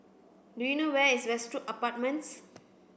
do you know where is Westwood Apartments